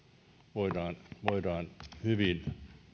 voidaan voidaan hyvin